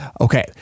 Okay